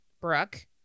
Brooke